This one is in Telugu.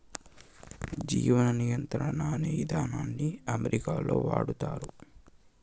జీవ నియంత్రణ అనే ఇదానాన్ని అమెరికాలో వాడినారు